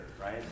right